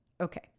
Okay